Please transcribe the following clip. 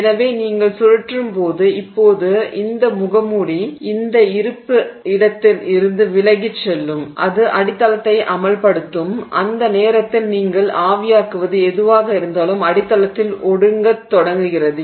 எனவே நீங்கள் சூழற்றும் போது இப்போது இந்த முகமூடி அந்த இருப்பு இடத்தில் இருந்து விலகிச் செல்லும் அது அடித்தளத்தை அம்பலப்படுத்தும் அந்த நேரத்தில் நீங்கள் ஆவியாக்குவது எதுவாக இருந்தாலும் அடித்தளத்தில் ஒடுங்கத் தொடங்குகிறது